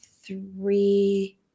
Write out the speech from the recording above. three